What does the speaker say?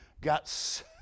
got